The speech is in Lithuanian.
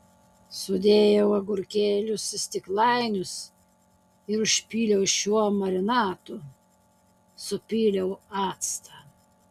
sudėjau agurkėlius į stiklainius ir užpyliau šiuo marinatu supyliau actą